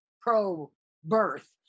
pro-birth